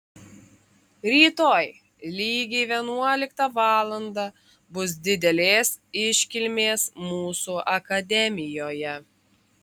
rytoj lygiai vienuoliktą valandą bus didelės iškilmės mūsų akademijoje